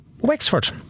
Wexford